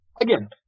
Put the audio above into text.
again